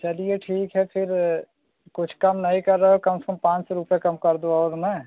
चलिए ठीक है फिर कुछ कम नहीं कर रहे हो कम से कम पाँच सौ रुपये कम कर दो और ना